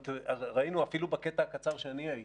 ראינו אפילו בקטע הקטן שאני הייתי.